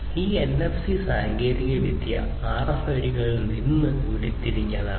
ഈ എൻഎഫ്സി സാങ്കേതികവിദ്യ ആർഎഫ്ഐഡികളിൽ നിന്ന് ഉരുത്തിരിഞ്ഞതാണ്